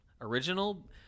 original